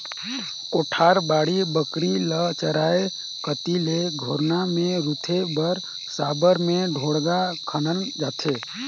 कोठार, बाड़ी बखरी ल चाएरो कती ले घोरना मे रूधे बर साबर मे ढोड़गा खनल जाथे